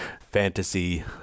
fantasy